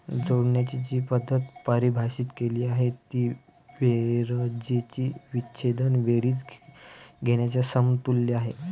जोडण्याची जी पद्धत परिभाषित केली आहे ती बेरजेची विच्छेदक बेरीज घेण्याच्या समतुल्य आहे